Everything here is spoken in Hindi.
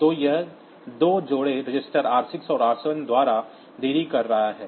तो यह दो जोड़े रजिस्टर r6 और r7 द्वारा देरी कर रहा है